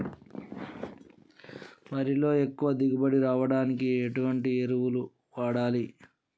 వరిలో ఎక్కువ దిగుబడి రావడానికి ఎటువంటి ఎరువులు వాడాలి?